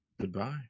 Goodbye